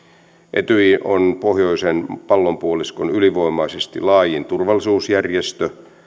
etyj on pohjoisen pallonpuoliskon ylivoimaisesti laajin turvallisuusjärjestö